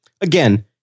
again